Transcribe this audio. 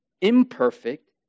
imperfect